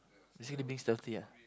basically being stealthy ah